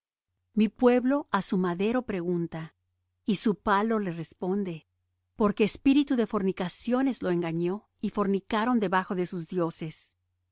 mi pueblo á su madero pregunta y su palo le responde porque espíritu de fornicaciones lo engañó y fornicaron debajo de sus dioses